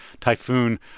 typhoon